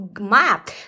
map